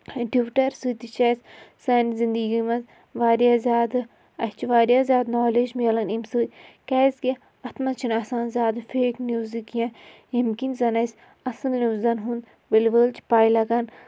Twitter سۭتۍ تہِ چھِ اَسہِ سانہِ زِندگی منٛز واریاہ زیادٕ اَسہِ چھِ واریاہ زیادٕ نالیج میلان اَمہِ سۭتۍ کیازِ کہِ اَتھ منٛز چھُنہٕ آسان زیادٕ فیک نِوزٕ کیٚنٛہہ ییٚمہِ کِنۍ زَن اَسہِ اَصٕل نِوزن ہُند ؤلۍ وٲلۍ چھِ پَے لگان